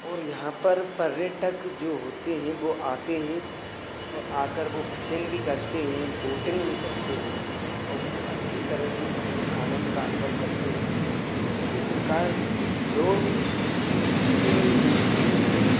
और यहाँ पर पर्यटक जो होते हैं वह आते हैं और आकर वह फिसिंग भी करते हैं बोटिंग भी करते हैं और खूब अच्छी तरह से अपने आनंद का अनुभव करते हें इसी प्रकार लोग उससे झील से